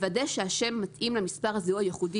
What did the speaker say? לוודא שהשם מתאים למספר הזיהוי הייחודי,